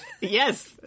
Yes